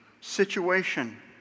situation